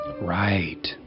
Right